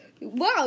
Wow